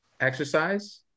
exercise